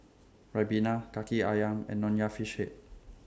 Ribena Kaki Ayam and Nonya Fish Head